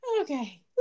Okay